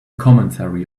commentary